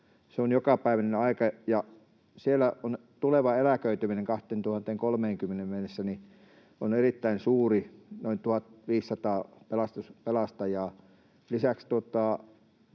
Ne ovat jokapäiväinen asia. Siellä on tuleva eläköityminen 2030:een mennessä erittäin suuri, noin 1 500 pelastajaa. Lisäksi